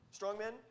strongmen